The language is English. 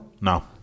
No